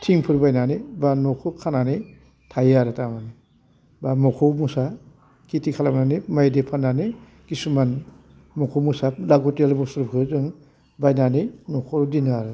थिंफोर बायनानै बा न'खौ खानानै थायो आरो थारमानि बा मखौ मोसा खिथि खालामनानै माइ दै फान्नानै खिसुमान मखौ मोसा नामगौ थेल बुस्थुफोरखौ जों बायनानै नख'राव दोनो आरो